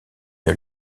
une